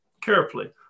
carefully